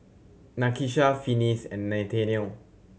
Nakisha Finis and Nathanial